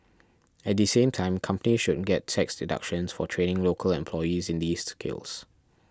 at the same time companies should get tax deductions for training local employees in these skills